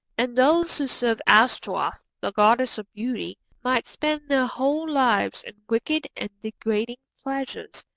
and those who served ashtaroth, the goddess of beauty, might spend their whole lives in wicked and degrading pleasures.